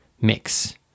mix